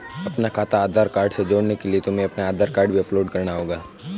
अपना खाता आधार कार्ड से जोड़ने के लिए तुम्हें अपना आधार कार्ड भी अपलोड करना होगा